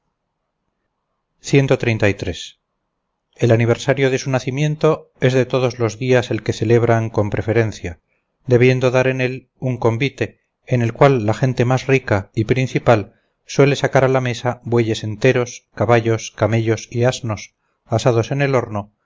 que le agrada el aniversario de su nacimiento es de todos los días el que celebran con preferencia debiendo dar en él un convite en el cual la gente más rica y principal suele sacar a la mesa bueyes enteros caballos camellos y asnos asados en el horno